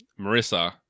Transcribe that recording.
Marissa